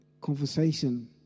conversation